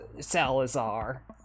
Salazar